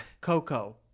Coco